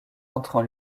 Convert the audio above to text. entrent